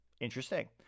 Interesting